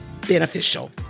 beneficial